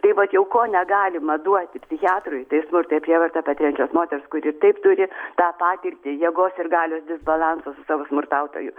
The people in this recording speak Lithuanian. tai vat jau ko negalima duoti psichiatrui tai smurtą ir prievartą patiriančios moters kuri ir taip turi tą patirtį jėgos ir galios disbalanso su savo smurtautoju